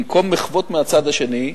במקום מחוות מהצד השני,